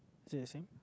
is it the same